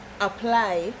apply